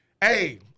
hey